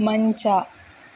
ಮಂಚ